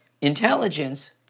Intelligence